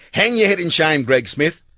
hang your head in shame greg smith.